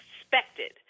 expected